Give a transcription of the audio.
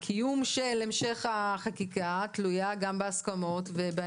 עולה שהקיום של המשך החקיקה תלוי גם בהסכמות.